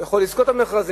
הוא יכול לזכות במכרזים.